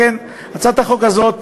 לכן, הצעת החוק הזאת,